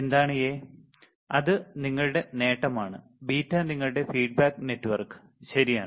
എന്താണ് A അത് നിങ്ങളുടെ നേട്ടം ആണ് ബീറ്റ നിങ്ങളുടെ ഫീഡ്ബാക്ക് നെറ്റ്വർക്ക് ശരിയാണ്